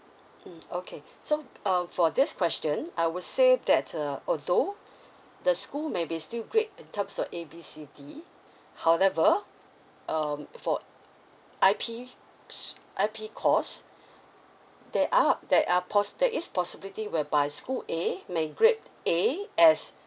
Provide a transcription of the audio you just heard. mm okay so um for this question I would say that uh although the school may be still grade in terms of A B C D however um for I_P s~ I_P course there are there are possi~ there is possibility whereby school A may grade A as